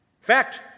Fact